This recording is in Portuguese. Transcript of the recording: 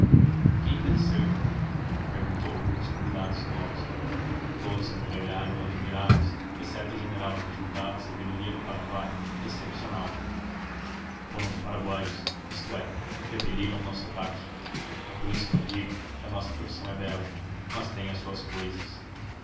quem venceu perguntou um dos convidados novos todos se entreolharam admirados exceto o general que julgava a sabedoria do paraguai excepcional foram os paraguaios isto é repeliram o nosso ataque é por isso que eu digo que a nossa profissão é bela mas tem as suas cousas